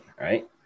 right